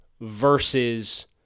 versus